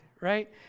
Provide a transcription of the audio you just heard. right